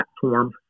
platform